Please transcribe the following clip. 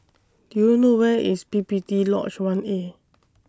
Do YOU know Where IS P P T Lodge one A